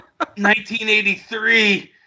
1983